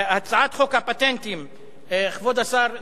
הצעת חוק הפטנטים (תיקון מס' 11). כבוד השר נאמן,